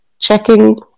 checking